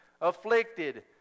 afflicted